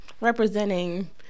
representing